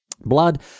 Blood